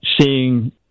seeing